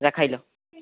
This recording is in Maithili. रखै लौं